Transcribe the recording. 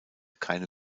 keine